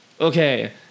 Okay